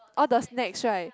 all the snacks right